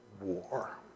war